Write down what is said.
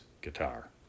guitar